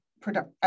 product